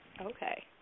Okay